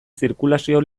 zirkulazioa